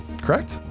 Correct